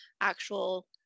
actual